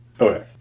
Okay